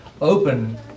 open